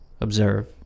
observe